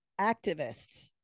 activists